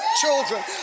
children